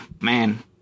man